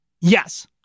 Yes